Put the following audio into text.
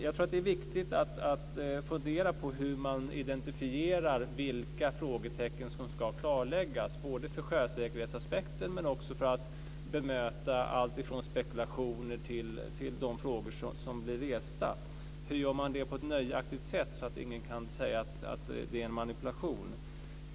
Jag tror att det är viktigt att fundera på hur man identifierar vilka frågetecken som ska klarläggas ur sjösäkerhetsaspekt men också för att bemöta alltifrån spekulationer till de frågor som blir resta, hur man gör det på ett nöjaktigt sätt så att ingen kan säga att det är en manipulation.